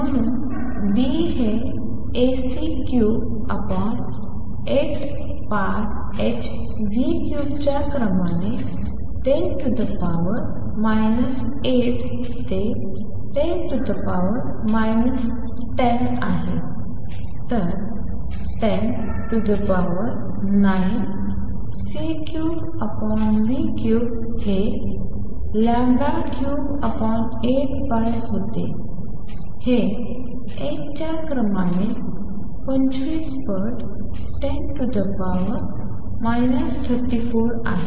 म्हणून B हेAc38πh3 च्या क्रमाने 10 8 ते 10 10 आहे तर 109c33 हे 38π होते हे h च्या क्रमाने 25 पट 10 34 आहे